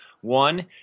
One